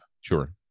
sure